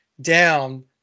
down